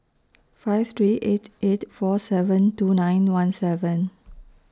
five three eight eight four seven two nine one seven